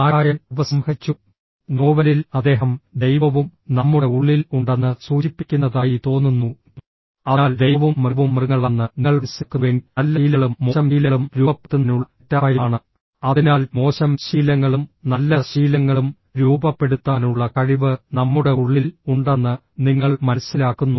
നാരായൺ ഉപസംഹരിച്ചു നോവലിൽ അദ്ദേഹം ദൈവവും നമ്മുടെ ഉള്ളിൽ ഉണ്ടെന്ന് സൂചിപ്പിക്കുന്നതായി തോന്നുന്നു അതിനാൽ ദൈവവും മൃഗവും മൃഗങ്ങളാണെന്ന് നിങ്ങൾ മനസ്സിലാക്കുന്നുവെങ്കിൽ നല്ല ശീലങ്ങളും മോശം ശീലങ്ങളും രൂപപ്പെടുത്തുന്നതിനുള്ള മെറ്റാഫൈൽ ആണ് അതിനാൽ മോശം ശീലങ്ങളും നല്ല ശീലങ്ങളും രൂപപ്പെടുത്താനുള്ള കഴിവ് നമ്മുടെ ഉള്ളിൽ ഉണ്ടെന്ന് നിങ്ങൾ മനസ്സിലാക്കുന്നു